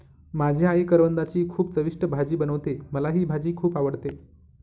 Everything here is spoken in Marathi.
माझी आई करवंदाची खूप चविष्ट भाजी बनवते, मला ही भाजी खुप आवडते